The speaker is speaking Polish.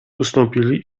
ustąpili